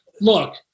look